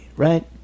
Right